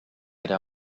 era